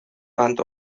and